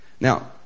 Now